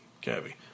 Cabby